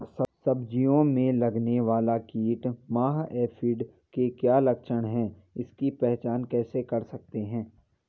सब्जियों में लगने वाला कीट माह एफिड के क्या लक्षण हैं इसकी पहचान कैसे कर सकते हैं?